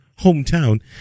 hometown